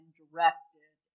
directed